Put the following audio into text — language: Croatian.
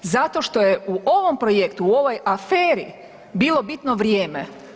Zato što je u ovom projektu, u ovoj aferi bilo bitno vrijeme.